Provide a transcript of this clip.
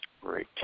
great